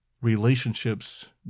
relationships